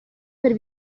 per